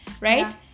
Right